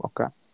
okay